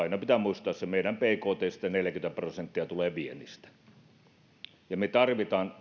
aina pitää muistaa että meidän bktstä neljäkymmentä prosenttia tulee viennistä ja me tarvitsemme